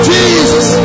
Jesus